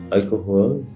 alcohol,